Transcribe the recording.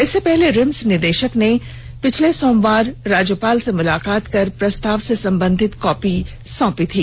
इससे पहले रिम्स निदेषक ने बीते सोमवार राज्यपाल से मुलाकात कर प्रस्ताव से संबंधित कॉपी सौंपी थी